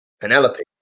Penelope